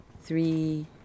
three